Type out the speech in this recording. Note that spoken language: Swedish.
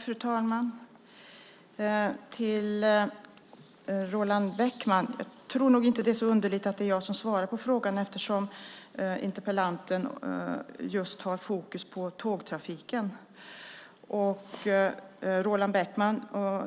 Fru talman! Att det är jag som svarar på frågan är inte så underligt eftersom interpellationen har fokus just på tågtrafiken. Roland Bäckman